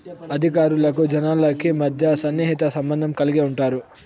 అధికారులకు జనాలకి మధ్య సన్నిహిత సంబంధం కలిగి ఉంటారు